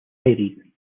irene